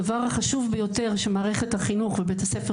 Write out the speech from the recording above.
הדבר החשוב ביותר שמערכת החינוך ובית הספר